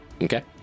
Okay